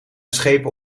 schepen